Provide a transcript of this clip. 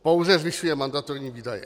Pouze zvyšuje mandatorní výdaje.